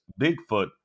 Bigfoot